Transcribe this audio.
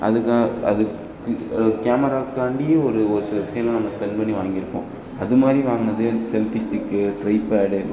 அதுக்காக அதுக்கு அது கேமராக்காண்டியே ஒரு ஒரு சில விஷயங்க நம்ம ஸ்பெண்ட் பண்ணி வாங்கியிருப்போம் அது மாதிரி வாங்கினது அந்த செல்பி ஸ்டிக்கு ட்ரை பேடு